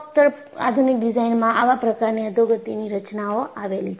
ફક્ત આધુનિક ડિઝાઇનમાં આવા પ્રકારની અધોગતિની રચનાઓ આવેલી છે